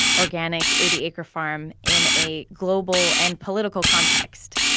organic, eighty acre farm in a global and political context.